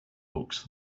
books